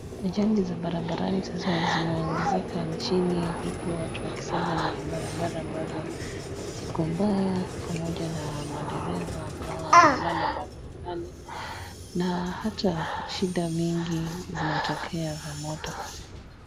Ajali za barabarani zizo zimeongezeka nchini huku watu wakisema ni barabara ambazo ziko mbaya, pamoja na madereva ambao wanalala barabarani na hata shida mingi zinatokea za moto.